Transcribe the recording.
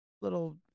little